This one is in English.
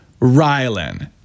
Rylan